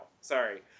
sorry